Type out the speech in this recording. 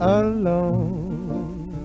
alone